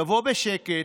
תבוא בשקט.